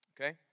okay